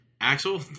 Axel